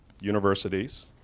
universities